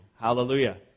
Hallelujah